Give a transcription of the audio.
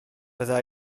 bydda